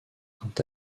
quant